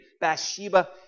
Bathsheba